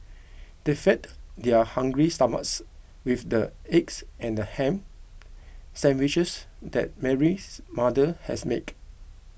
they fed their hungry stomachs with the eggs and ham sandwiches that Mary's mother has make